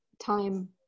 time